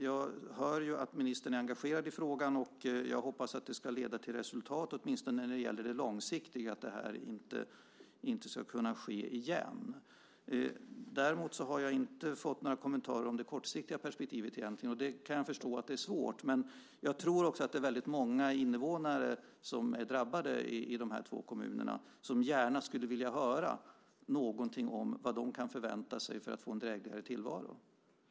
Jag hör ju att ministern är engagerad i frågan, och jag hoppas att det ska leda till resultat, åtminstone när det gäller det långsiktiga, att det här inte ska kunna ske igen. Däremot har jag egentligen inte fått några kommentarer om det kortsiktiga perspektivet. Jag kan förstå att det är svårt, men jag tror också att det är väldigt många invånare som är drabbade i de här två kommunerna som gärna skulle vilja höra någonting om vad de kan förvänta sig för att få en drägligare tillvaro.